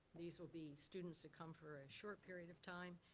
these will be students that come for a short period of time,